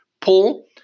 Paul